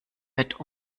wird